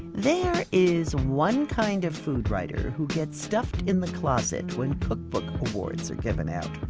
there is one kind of food writer who gets stuffed in the closet when cookbook awards are given out.